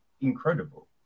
incredible